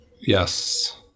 Yes